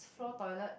floor toilet